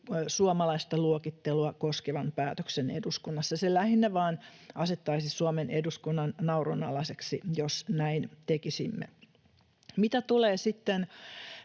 suomalaista luokittelua koskevan päätöksen eduskunnassa. Se lähinnä vain asettaisi Suomen eduskunnan naurunalaiseksi, jos näin tekisimme. Mitä tulee sitten